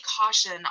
caution